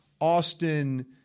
Austin –